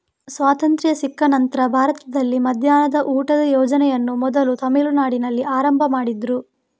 ಸ್ವಾತಂತ್ರ್ಯ ಸಿಕ್ಕ ನಂತ್ರ ಭಾರತದಲ್ಲಿ ಮಧ್ಯಾಹ್ನದ ಊಟದ ಯೋಜನೆಯನ್ನ ಮೊದಲು ತಮಿಳುನಾಡಿನಲ್ಲಿ ಆರಂಭ ಮಾಡಿದ್ರು